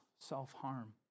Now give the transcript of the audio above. self-harm